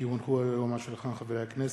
כי הונחו היום על שולחן הכנסת,